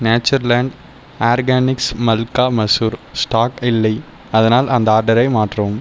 Natureland organics malka masoor stock இல்லை அதனால் அந்த ஆர்டரை மாற்றவும்